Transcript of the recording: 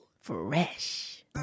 Fresh